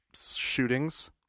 shootings